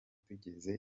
tugeze